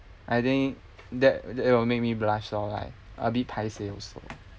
I think that it will make me blush lor like a bit paiseh also